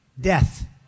death